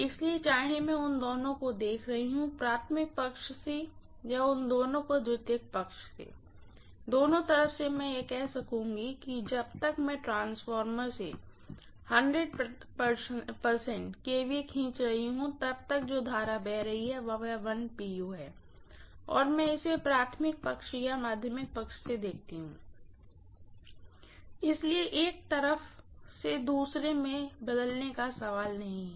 इसलिए चाहे मैं उन दोनों को देख रही हूं प्राइमरीसाइड से या उन दोनों को सेकेंडरी साइड से दोनों तरफ से मैं यह कह सकुंगी कि जब तक मैं ट्रांसफार्मर से प्रतिशत kVA खींच रही हूँ तब तक जो करंट बह रही है वह pu है या तो मैं इसे प्राइमरीसाइड या सेकेंडरी साइड से देखती हूँ इसलिए एक तरफ से दूसरे में बदलने का कोई सवाल नहीं है